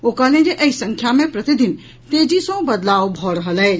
ओ कहलनि जे एहि संख्या मे प्रतिदिन तेजी सॅ बदलाव भऽ रहल अछि